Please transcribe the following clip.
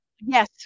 Yes